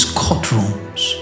courtrooms